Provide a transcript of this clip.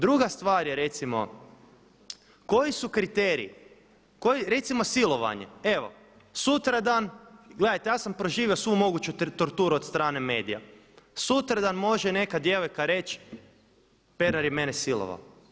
Druga stvar je recimo koji su kriteriji, recimo silovanje evo, sutra dan, gledajte ja sa proživio svu moguću torturu od strane medija, sutra dan može neka djevojka reći Pernar je mene silovao.